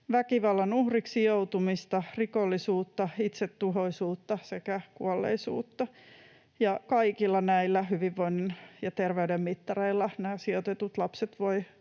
väkivallan uhriksi joutumista, rikollisuutta, itsetuhoisuutta sekä kuolleisuutta. Kaikilla näillä